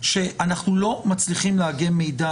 אנחנו לא מצליחים לאגם מידע.